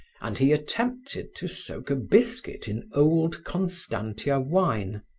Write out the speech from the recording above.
and he attempted to soak a biscuit in old constantia wine,